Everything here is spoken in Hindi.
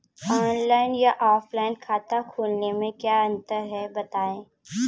ऑनलाइन या ऑफलाइन खाता खोलने में क्या अंतर है बताएँ?